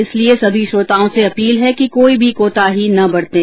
इसलिए सभी श्रोताओं से अपील है कि कोई भी कोताही न बरतें